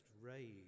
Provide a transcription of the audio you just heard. rage